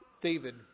David